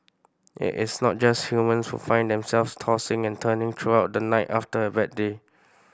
it is not just humans who find themselves tossing and turning throughout the night after a bad day